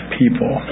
people